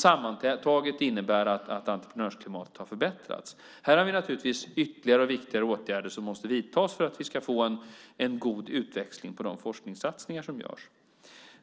Sammantaget innebär det att entreprenörsklimatet har förbättrats. Här finns det naturligtvis ytterligare och viktigare åtgärder som måste vidtas för att vi ska få en god utväxling på de forskningssatsningar som görs.